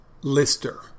Lister